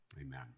amen